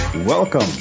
Welcome